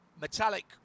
metallic